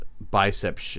bicep